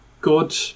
good